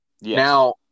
Now